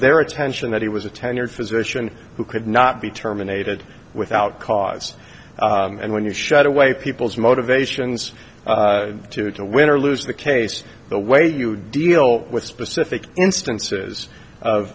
their attention that he was a tenured physician who could not be terminated without cause and when you shut away people's motivations to to win or lose the case the way you deal with specific instances of